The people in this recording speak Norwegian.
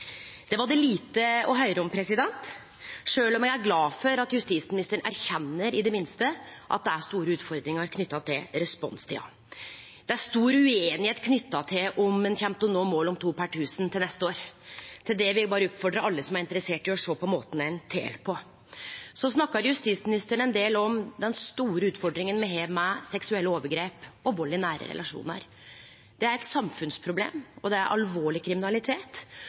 Det var det lite å høyre om – sjølv om eg er glad for at justisministeren i det minste erkjenner at det er store utfordringar knytte til responstida. Det er stor ueinigheit knytt til om ein kjem til å nå målet om to per tusen til neste år. Til det vil eg berre oppfordre alle som er interesserte, til å sjå på måten ein tel på. Så snakkar justisministeren ein del om den store utfordringa me har med seksuelle overgrep og vald i nære relasjonar. Det er eit samfunnsproblem, det er alvorleg kriminalitet,